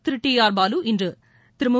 திரு T R Balu இன்று திரு மு